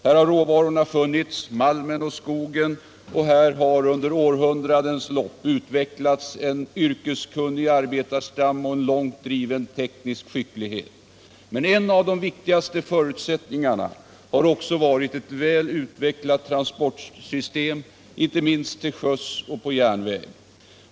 Här har råvarorna funnits — malmen och skogen — och här har under århundradenas lopp utvecklats en yrkeskunnig arbetarstam och en långt driven teknisk skicklighet. Men en av de viktigaste förutsättningarna har också varit ett väl utvecklat transportsystem, inte minst till sjöss och på järnväg.